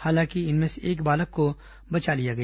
हालांकि इनमें से एक बालक को बचा लिया गया